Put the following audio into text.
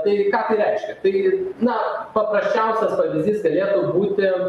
tai ką reiškia tai na paprasčiausias pavyzdys galėtų būti